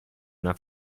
una